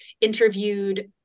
interviewed